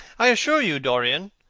i assure you, dorian,